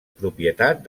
propietat